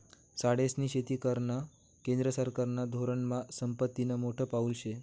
झाडेस्नी शेती करानं केंद्र सरकारना धोरनमा संपत्तीनं मोठं पाऊल शे